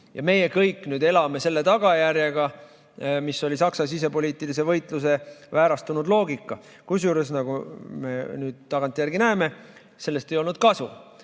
Meie kõik elame nüüd selle tagajärjega, mis oli Saksa sisepoliitilise võitluse väärastunud loogika. Kusjuures, nagu me nüüd tagantjärele näeme, sellest ei olnud kasu.